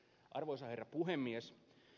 arvoisa herra puhemies